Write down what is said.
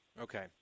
Okay